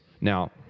Now